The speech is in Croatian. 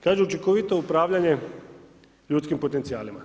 Kažu učinkovito upravljanje ljudskim potencijalima?